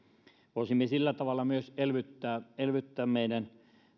voisimme myös sillä tavalla elvyttää elvyttää meidän